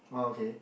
oh okay